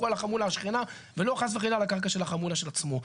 על החמולה השכנה ולא חס וחלילה על הקרקע של החמולה של עצמו.